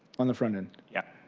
on the front end. yes.